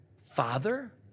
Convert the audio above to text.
father